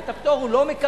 את הפטור הוא לא מקבל.